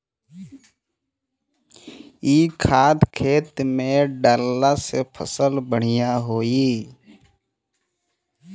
इ खाद खेत में डालला से फसल बढ़िया होई